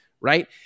Right